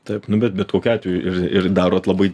taip nu bet bet kokiu atveju ir ir darot labai